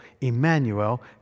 Emmanuel